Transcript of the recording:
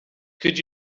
could